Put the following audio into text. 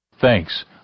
Thanks